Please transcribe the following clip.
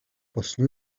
болсон